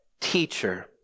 teacher